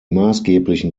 maßgeblichen